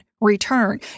Return